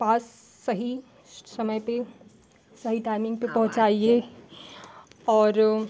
पास सही समय पर सही टाइमिंग पर पहुँचाइए और